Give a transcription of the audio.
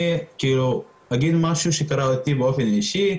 אני אגיד משהו שקראתי באופן אישי,